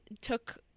took